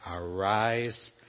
Arise